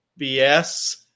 BS